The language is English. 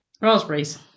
Raspberries